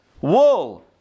wool